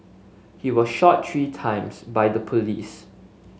he was shot three times by the police